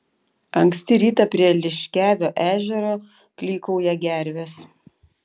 anksti rytą prie liškiavio ežero klykauja gervės